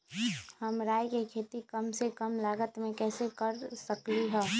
हम राई के खेती कम से कम लागत में कैसे कर सकली ह?